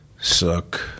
Suck